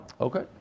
Okay